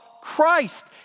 Christ